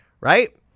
right